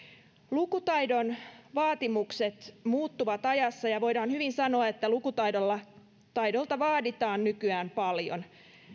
lukutaidon vaatimukset muuttuvat ajassa ja voidaan hyvin sanoa että lukutaidolta vaaditaan nykyään paljon